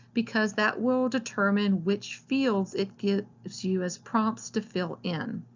because that will determine which fields it gives so you as prompts to fill in.